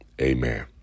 Amen